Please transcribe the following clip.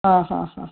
ಹಾಂ ಹಾಂ ಹಾಂ